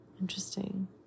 Interesting